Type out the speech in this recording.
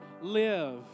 live